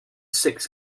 six